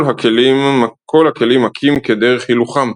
כל הכלים מכים כדרך הילוכם,